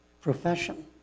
profession